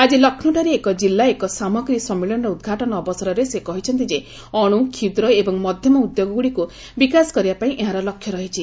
ଆଜି ଲକ୍ଷ୍ରୌଠାରେ ଏକ ଜିଲ୍ଲା ଏକ ସାମଗ୍ରୀ ସମ୍ମିଳନୀର ଉଦ୍ଘାଟନ ଅବସରରେ ସେ କହିଛନ୍ତି ଯେ ଅଣୁ କ୍ଷୁଦ୍ର ଏବଂ ମଧ୍ୟମ ଉଦ୍ୟୋଗଗୁଡିକୁ ବିକାଶ କରିବା ପାଇଁ ଏହାର ଲକ୍ଷ୍ୟ ରହିଛି